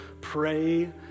pray